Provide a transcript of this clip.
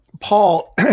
Paul